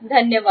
धन्यवाद